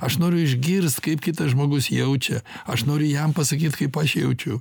aš noriu išgirst kaip kitas žmogus jaučia aš noriu jam pasakyt kaip aš jaučiu